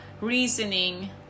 reasoning